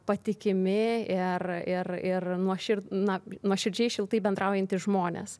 patikimi ir ir ir nuošir na nuoširdžiai šiltai bendraujantys žmonės